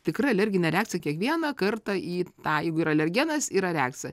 tikra alerginė reakcija kiekvieną kartą į tą jeigu yra alergenas yra reakcija